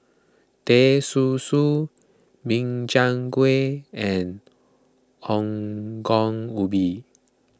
Teh Susu Min Chiang Kueh and Ongol Ubi